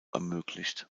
ermöglicht